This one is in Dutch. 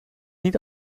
niet